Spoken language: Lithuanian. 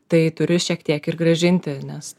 tai turiu šiek tiek ir grąžinti nes